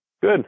Good